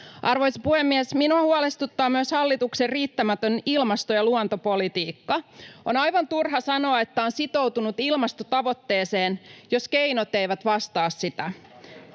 Arvoisa puhemies! Minua huolestuttaa myös hallituksen riittämätön ilmasto- ja luontopolitiikka. On aivan turha sanoa, että on sitoutunut ilmastotavoitteeseen, jos keinot eivät vastaa sitä